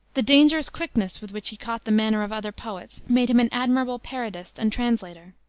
the dangerous quickness with which he caught the manner of other poets made him an admirable parodist and translator.